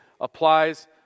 applies